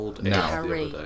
Now